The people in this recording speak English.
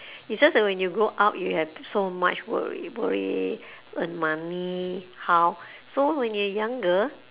it's just that when you grow up you have so much worry worry earn money how so when you're younger